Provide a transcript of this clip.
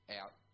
out